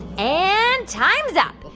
and time's up.